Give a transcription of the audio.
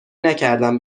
نکردم